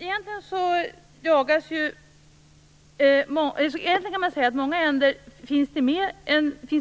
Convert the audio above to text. Egentligen finns många änder